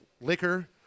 liquor